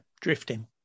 Drifting